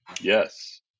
Yes